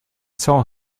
saw